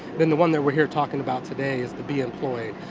then the one that we're here talking about today is to be employed,